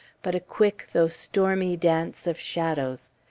but a quick, though stormy, dance of shadows.